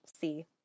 see